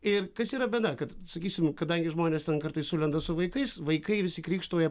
ir kas yra bėda kad sakysim kadangi žmonės ten kartais sulenda su vaikais vaikai visi krykštauja